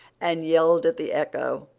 and yelled at the echo.